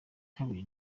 kabiri